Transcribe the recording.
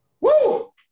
Woo